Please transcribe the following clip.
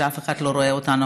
כשאף אחד לא רואה אותנו,